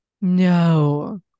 No